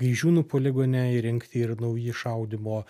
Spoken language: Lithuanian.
gaižiūnų poligone įrengti ir nauji šaudymo